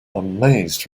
amazed